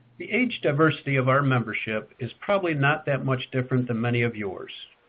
the age diversity of our membership is probably not that much different than many of yours.